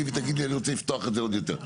ותגיד לי אני רוצה לפתוח את זה עוד יותר.